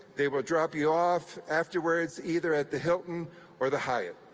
they will drop you off afterwards either at the hilton or the hyatt.